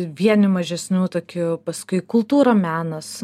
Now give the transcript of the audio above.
vieni mažesnių tokių paskui kultūra menas